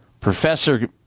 Professor